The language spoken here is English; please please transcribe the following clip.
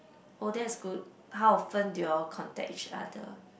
oh that's good how often do you all contact each other